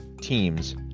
teams